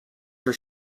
for